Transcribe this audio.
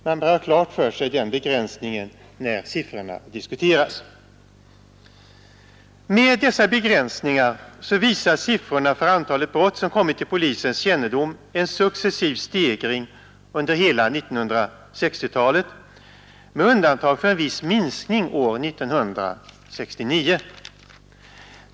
Man bör ha den begränsningen klar för sig när siffrorna diskuteras. Med dessa begränsningar visar siffrorna för antalet brott som kommit till polisens kännedom en successiv stegring under hela 1960-talet med undantag för en viss minskning år 1969.